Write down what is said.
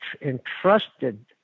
entrusted